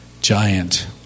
giant